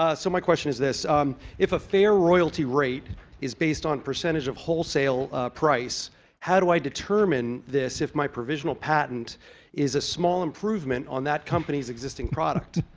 ah so my question is this it fare royalty rate is based on percentage of wholesale price how do i determine this if my provisional patent is a small improvement on that company's existing product